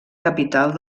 capital